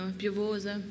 piovosa